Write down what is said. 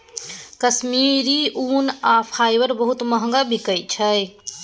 कश्मीरी ऊन आ फाईबर बहुत महग बिकाई छै